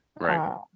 right